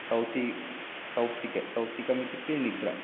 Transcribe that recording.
सौप्ति सौप्तिक सौप्तिकम् इतुक्ते निद्रा